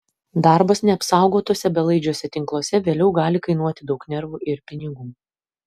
darbas neapsaugotuose belaidžiuose tinkluose vėliau gali kainuoti daug nervų ir pinigų